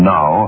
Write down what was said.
Now